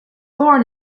born